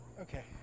okay